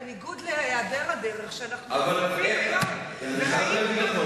בניגוד להעדר הדרך שאנחנו נחשפים לו היום,